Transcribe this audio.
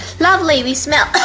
lovely, we smell